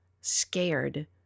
scared